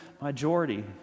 majority